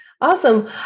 Awesome